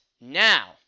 now